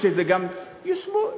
אני חושב שזה גם, ייושמו.